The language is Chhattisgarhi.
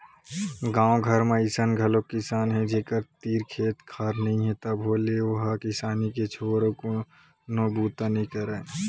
गाँव घर म अइसन घलोक किसान हे जेखर तीर खेत खार नइ हे तभो ले ओ ह किसानी के छोर अउ कोनो बूता नइ करय